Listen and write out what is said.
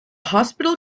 hospital